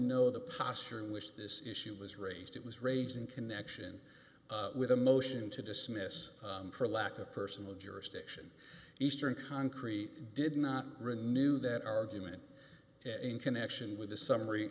know the posture which this issue was raised it was raised in connection with a motion to dismiss for lack of personal jurisdiction eastern cancri did not renew that argument in connection with a summary